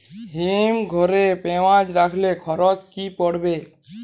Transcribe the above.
হিম ঘরে পেঁয়াজ রাখলে খরচ কি পড়বে?